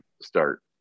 start